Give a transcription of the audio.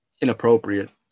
inappropriate